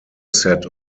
set